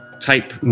type